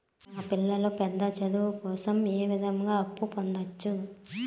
మా పిల్లలు పెద్ద చదువులు కోసం ఏ విధంగా అప్పు పొందొచ్చు?